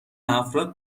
افراد